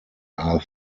are